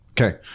Okay